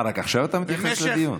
אה, רק עכשיו אתה מתייחס לדיון?